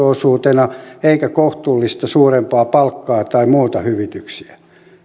osuutena eikä kohtuullista suurempaa palkkaa tai muita hyvityksiä